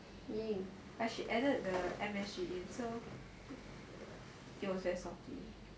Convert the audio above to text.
but she added the M_S_G so it was very salty